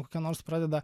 kokia nors pradeda